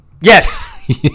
Yes